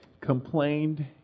complained